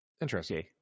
Interesting